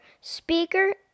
speaker